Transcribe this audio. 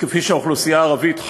כפי שהאוכלוסייה הערבית חיה,